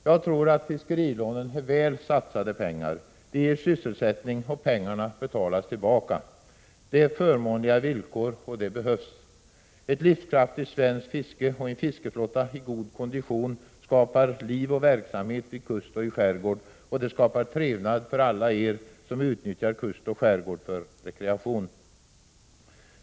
Jag tror att fiskerilån är väl satsade pengar. De ger sysselsättning, och pengarna betalas tillbaka. Det är förmånliga villkor, och det behövs. Ett livskraftigt svenskt fiske och en fiskeflotta i god kondition skapar liv och verksamhet vid kust och i skärgård, och det skapar trevnad för alla er som utnyttjar kust och skärgård för rekreation.